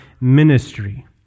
ministry